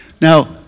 Now